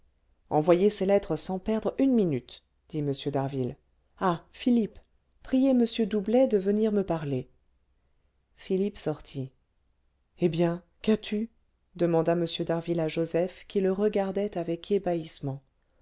envoyez ces lettres sans perdre une minute dit m d'harville ah philippe priez m doublet de venir me parler philippe sortit eh bien qu'as-tu demanda m d'harville à joseph qui le regardait avec ébahissement